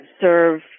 serve